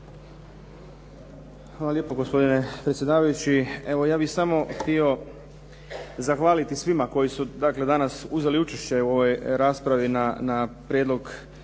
Hvala lijepo, gospodine predsjedavajući. Evo ja bih samo htio zahvaliti svima koji su dakle danas uzeli učešće u ovoj raspravi na prijedlog